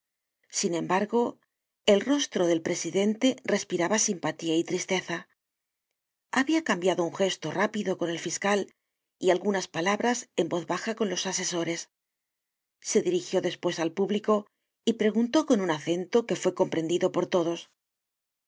sin embargo el rostro del presidente respiraba simpatía y tristeza habia cambiado un gesto rápido con el fiscal y algunas palabras en voz baja con los asesores se dirigió despues al público y preguntó con un acento que fue comprendido por todos